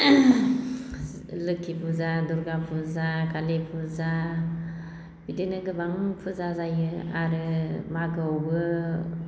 लोखि फुजा दुर्गा फुजा कालि फुजा बिदिनो गोबां फुजा जायो आरो मागोआवबो